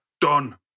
Done